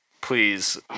please